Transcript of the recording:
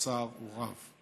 והצער הוא רב.